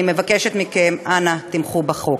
אני מבקשת מכם, אנא, תמכו בחוק.